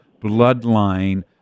bloodline